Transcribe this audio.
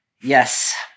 Yes